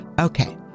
okay